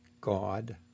God